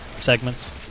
segments